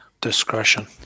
Discretion